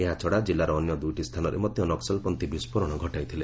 ଏହାଛଡ଼ା ଜିଲ୍ଲାର ଅନ୍ୟ ଦୁଇଟି ସ୍ଥାନରେ ମଧ୍ୟ ନକ୍ବଲପନ୍ଥୀ ବିସ୍କୋରଣ ଘଟାଇଥିଲେ